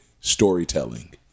Storytelling